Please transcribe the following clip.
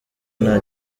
nta